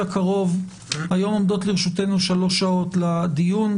היום עומדות לרשותנו שלוש שעות לדיון,